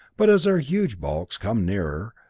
but as their huge bulks come nearer,